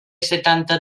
setanta